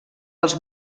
els